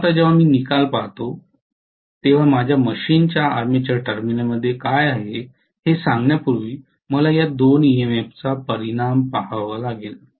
म्हणून आता जेव्हा मी निकाल पाहतो तेव्हा माझ्या मशीनच्या आर्मेचर टर्मिनलमध्ये काय आहे हे सांगण्यापूर्वी मला या दोन ईएमएफचा परिणाम पहावा लागेल